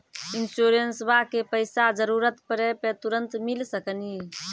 इंश्योरेंसबा के पैसा जरूरत पड़े पे तुरंत मिल सकनी?